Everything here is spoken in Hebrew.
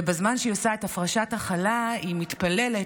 ובזמן שהיא עושה את הפרשת החלה היא מתפללת